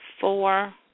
four